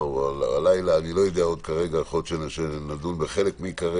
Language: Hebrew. שהלילה יכול להיות שנדון בחלק מעיקרי